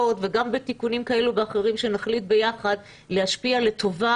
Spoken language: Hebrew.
וגם בתיקונים כאלו ואחרים שנחליט ביחד להשפיע לטובה